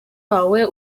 wawe